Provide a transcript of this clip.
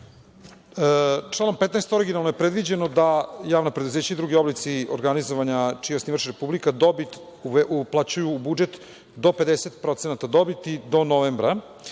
Hvala. Članom 15. originalno je predviđeno da javna preduzeća i drugi oblici organizovanja, čiji je osnivač Republika, uplaćuju u budžet do 50% dobiti do novembra.